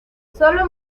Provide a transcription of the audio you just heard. sólo